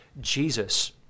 Jesus